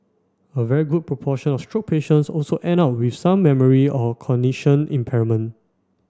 a very good proportion of stroke patients also end up with some memory or cognition impairment